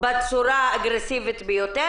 בצורה אגרסיבית ביותר.